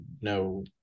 no